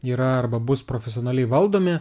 yra arba bus profesionaliai valdomi